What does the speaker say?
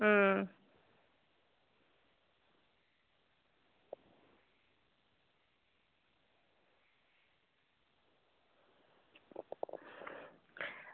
अं